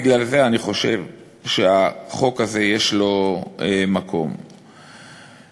ומפלגות הקואליציה היו מקיימות כינוס אלטרנטיבי לדיוני מליאת הכנסת,